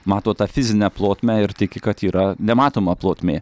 mato tą fizinę plotmę ir tiki kad yra nematoma plotmė